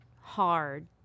hard